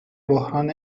بحران